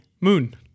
moon